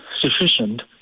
sufficient